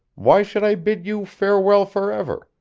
why should i bid you farewell forever,